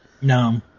No